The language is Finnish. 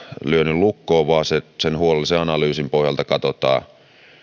lyönyt lukkoon vaan sen huolellisen analyysin pohjalta katsotaan